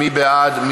מי בעד?